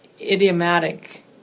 idiomatic